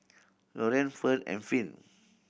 Lorean Fern and Finn